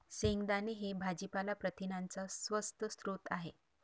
शेंगदाणे हे भाजीपाला प्रथिनांचा स्वस्त स्रोत आहे